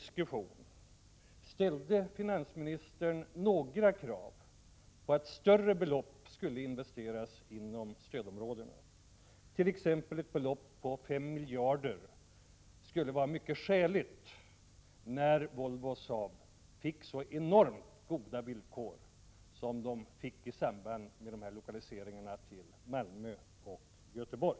ställde finansministern några krav på att större belopp skulle investeras inom stödområdena? Ett belopp på 5 miljarder skulle vara mycket skäligt, när nu Volvo och Saab fick så enormt goda villkor i samband med lokaliseringarna till Malmö och Göteborg.